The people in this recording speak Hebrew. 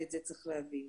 ואת זה צריך להבין.